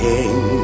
King